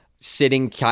sitting